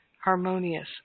harmonious